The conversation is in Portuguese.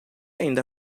ainda